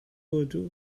urdu